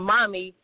Mommy